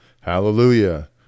Hallelujah